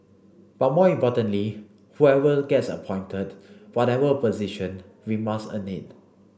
but more importantly whoever gets appointed whatever position we must earn it